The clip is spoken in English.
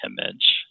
image